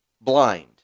blind